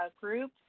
group